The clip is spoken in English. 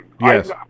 Yes